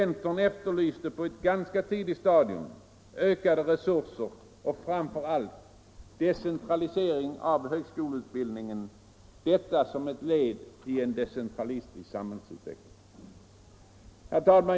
Centern efterlyste på ett ganska tidigt stadium ökade resurser och framför allt decentralisering av högskoleutbildningen — detta som ett led i en decentralistisk samhällsutveckling.